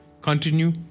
continue